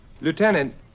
Lieutenant